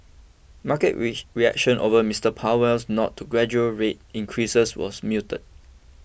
market which reaction over Mister Powell's nod to gradual rate increases was muted